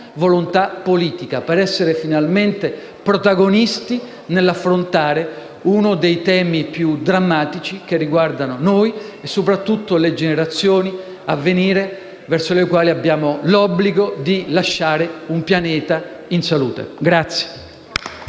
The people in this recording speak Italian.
volontà politica, per essere finalmente protagonisti nell'affrontare uno dei temi più drammatici che riguardano noi e, soprattutto, le generazioni a venire, verso le quali abbiamo l'obbligo di lasciare un pianeta in salute.